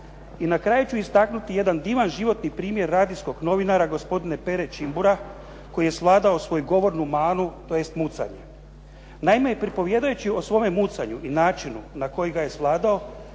I na kraju ću istaknuti jedan divan životni primjer radijskog novinara, gospodina Pere Čimbura koji je svladao svoju govornu manu, tj. mucanje. Naime, pripovijedajući o svome mucanju i načinu na koji ga je svladao,